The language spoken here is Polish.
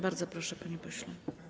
Bardzo proszę, panie pośle.